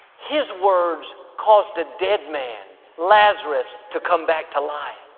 his words caused a dead man, lazarus, to come back to life.